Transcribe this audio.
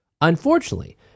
Unfortunately